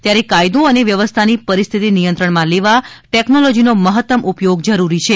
ત્યારે કાયદો વ્યવસ્થાની પરિસ્થિતિ નિયંત્રણમાં લેવા ટેકનોલોજીનો મહત્તમ ઉપયોગ જરૂરી છે